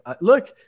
Look